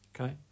okay